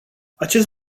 acest